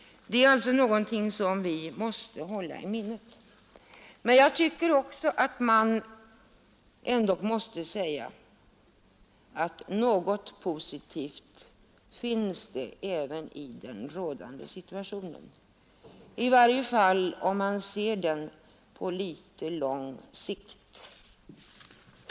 Detta är någonting som kommunalt ansvariga måste hålla i minnet. Men jag tycker också att det finns något positivt även i den rådande situationen, i varje fall om man ser det på litet längre sikt.